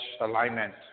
alignment